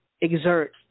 exert